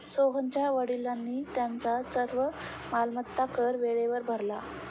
सोहनच्या वडिलांनी त्यांचा सर्व मालमत्ता कर वेळेवर भरला